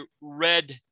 red